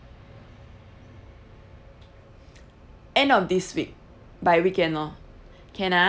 end of this week by weekend lor